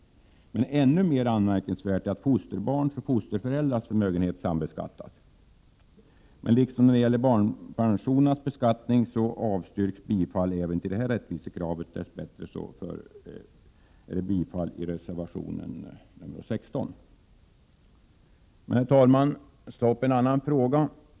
Ännu mer anmärkningsvärt är att fosterbarns och fosterföräldrars förmögenhet sambeskattas. Men liksom när det gäller barnpensionernas beskattning avstyrks bifall även till detta rättvisekrav. Dess bättre yrkas bifall till kravet i reservation 16. Herr talman!